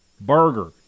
burger